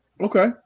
Okay